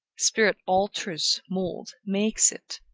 spirit alters, moulds, makes it.